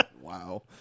Wow